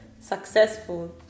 Successful